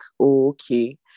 okay